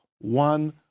one